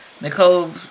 Nicole